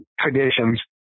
traditions